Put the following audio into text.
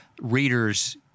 readers